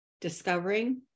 discovering